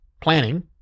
planning